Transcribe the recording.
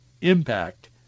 impact